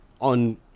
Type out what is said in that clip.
On